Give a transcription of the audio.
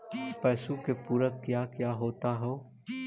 पशु के पुरक क्या क्या होता हो?